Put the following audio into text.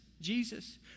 Jesus